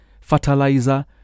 fertilizer